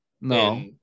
No